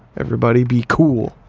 everybody be cool.